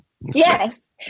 Yes